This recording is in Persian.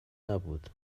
نبود